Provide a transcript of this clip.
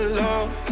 love